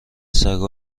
سگا